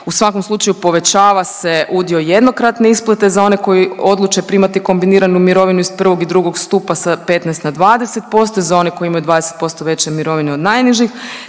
u svakom slučaju povećava se udio jednokratne isplate za one koji odluče primati kombiniranu mirovinu iz I. i II. stupa sa 15 na 20% za one koji imaju 20% veće mirovine od najnižih.